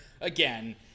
again